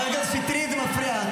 חברת הכנסת שטרית, זה מפריע.